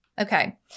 Okay